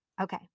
okay